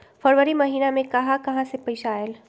फरवरी महिना मे कहा कहा से पैसा आएल?